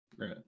Right